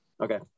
Okay